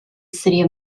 city